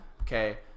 Okay